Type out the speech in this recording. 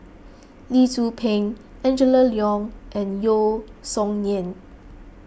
Lee Tzu Pheng Angela Liong and Yeo Song Nian